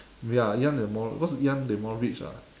ya ngee ann they more because ngee ann they more rich ah